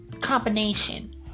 combination